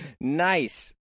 Nice